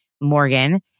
morgan